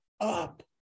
up